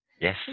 Yes